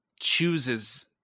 chooses